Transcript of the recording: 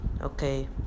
Okay